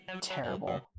Terrible